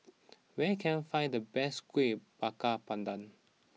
where can I find the best Kueh Bakar Pandan